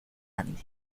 anime